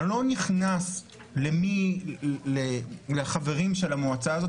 אני לא נכנס למי החברים של המועצה הזאת